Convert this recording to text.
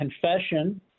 confession